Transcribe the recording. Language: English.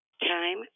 Time